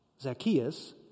Zacchaeus